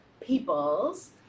peoples